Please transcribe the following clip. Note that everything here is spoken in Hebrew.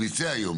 ונצא היום,